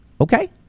Okay